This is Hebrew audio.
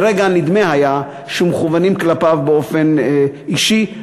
לרגע נדמה היה שמכוונים כלפיו באופן אישי.